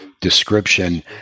description